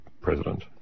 President